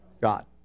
God